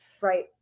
Right